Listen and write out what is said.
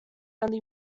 only